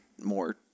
more